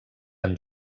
amb